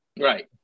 Right